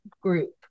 group